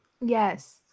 Yes